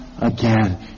again